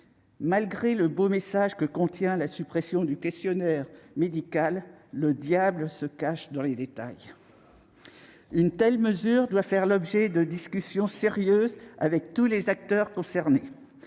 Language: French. Malgré le beau message que constitue la suppression du questionnaire médical, le diable se cache dans les détails. Oh là là ! Une telle mesure doit faire l'objet de discussions sérieuses, avec tous les acteurs concernés.